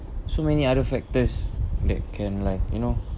so many other factors that can like you know